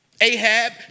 Ahab